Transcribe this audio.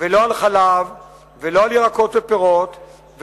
לא על ירקות ופירות,